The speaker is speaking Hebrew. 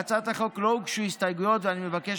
להצעת החוק לא הוגשו הסתייגויות ואני מבקש